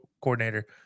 coordinator